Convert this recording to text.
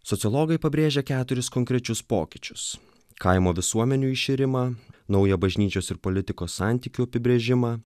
sociologai pabrėžia keturis konkrečius pokyčius kaimo visuomenių iširimą naują bažnyčios ir politikos santykio apibrėžimą